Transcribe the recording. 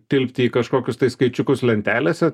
tilpti į kažkokius tai skaičiukus lentelėse